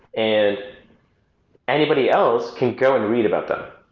and anybody else can go and read about that